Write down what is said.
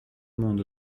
monde